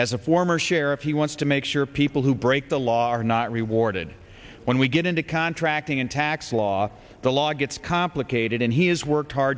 as a former sheriff he wants to make sure people who break the law are not rewarded when we get into contracting in tax law the law gets complicated and he has worked hard